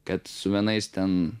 kad su vienais ten